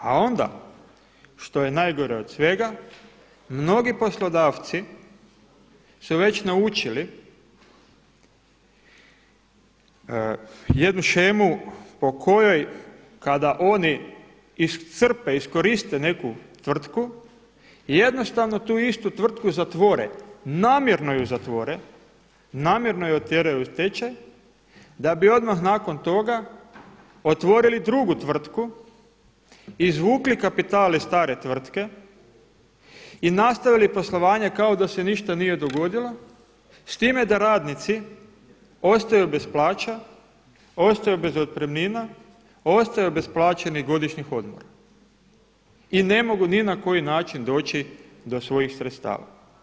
A onda što je najgore od svega, mnogi poslodavci su već naučili jednu shemu po kojoj kada oni iscrpe iskoriste neku tvrtku, jednostavno tu istu tvrtku zatvore, namjernu je zatvore, namjerno je otjeraju u stečaj, da bi odmah nakon toga otvorili drugi tvrtku, izvukli kapital iz stare tvrtke i nastavili poslovanje kao da se ništa nije dogodilo, s time da radnici ostaju bez plaća, ostaju bez otpremnina, ostaju bez plaćenih godišnjih odmora i ne mogu ni na koji način doći do svojih sredstava.